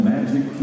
Magic